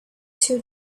two